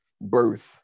birth